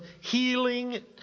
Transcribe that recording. healing